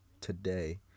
today